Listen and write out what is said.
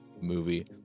movie